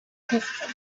pistol